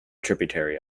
tributary